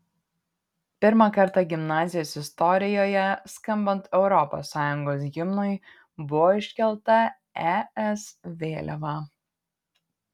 pirmą kartą gimnazijos istorijoje skambant europos sąjungos himnui buvo iškelta es vėliava